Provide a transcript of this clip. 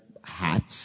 hats